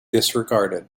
disregarded